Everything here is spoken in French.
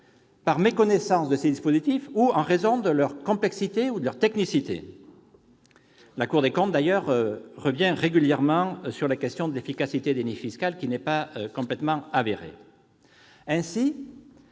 par méconnaissance de leur existence ou en raison de leur complexité ou de leur technicité. C'est vrai ! La Cour des comptes revient d'ailleurs régulièrement sur la question de l'efficacité des niches fiscales, qui n'est pas complètement avérée. Ainsi,